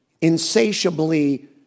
insatiably